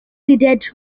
seeded